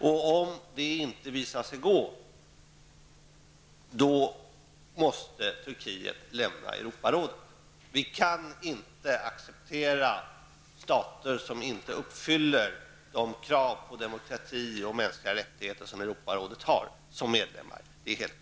Och om det inte visar sig gå, måste Turkiet lämna Europarådet. Vi kan inte som medlemmar acceptera stater som inte uppfyller Europarådets krav på demokrati och mänskliga rättigheter.